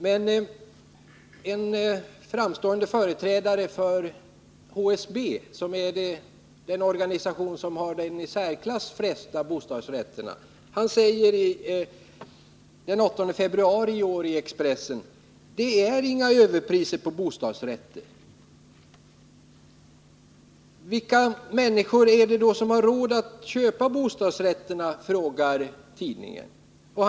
Men en framstående företrädare för HSB, den organisation som har de i särklass flesta bostadsrätterna, säger den 8 februari i år i Expressen att det inte är några överpriser på bostadsrätter. Vilka människor är det då som har råd att köpa bostadsrätter? frågar man honom.